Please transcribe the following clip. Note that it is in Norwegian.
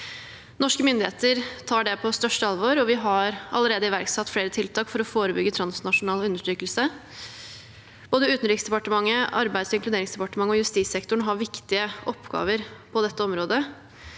Norske myndigheter tar det på største alvor, og vi har allerede iverksatt flere tiltak for å forebygge transnasjonal undertrykkelse. Både Utenriksdepartementet, Arbeids- og inkluderingsdepartementet og justissektoren har viktige oppgaver på dette området.